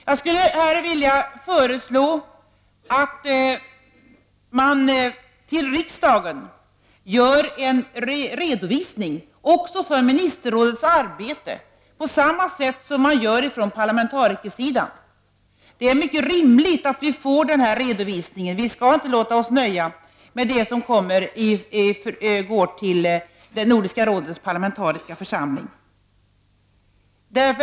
Jag skulle här vilja föreslå att man till riksdagen lämnar en redovisning också för ministerrådets arbete på samma sätt som sker från parlamentarikersidan. Det är mycket rimligt att vi får en sådan redovisning. Vi skall inte låta oss nöja med det som kommer till Nordiska rådets parlamentariska församling.